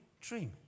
dream